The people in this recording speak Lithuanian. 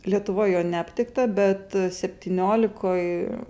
lietuvoj jo neaptikta bet septyniolikoj